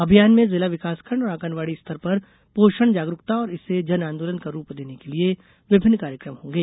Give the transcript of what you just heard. अभियान में जिला विकासखंड और आंगनवाड़ी स्तर पर पोषण जागरूकता और इसे जन आंदोलन का रूप देने के लिए विभिन्न कार्यक्रम होंगे